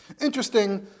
Interesting